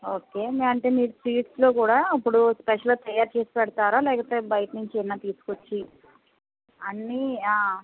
okay అంటే మీరు స్వీట్స్లో కూడా ఇప్పుడు స్పెషల్ తయారుచేసి పెడతారా లేకపోతే బయట నుంచి ఏమైనా తీసుకొచ్చి అన్నీ